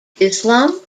islam